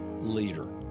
leader